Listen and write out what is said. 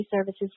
services